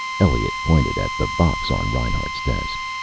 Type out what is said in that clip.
elliot pointed at the box on reinhart's desk.